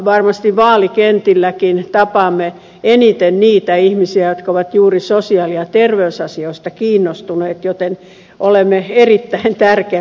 varmasti vaalikentilläkin tapaamme eniten niitä ihmisiä jotka ovat juuri sosiaali ja terveysasioista kiinnostuneita joten olemme erittäin tärkeällä sektorilla